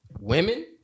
Women